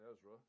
Ezra